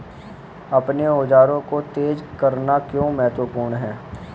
अपने औजारों को तेज करना क्यों महत्वपूर्ण है?